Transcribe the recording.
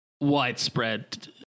widespread